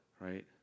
right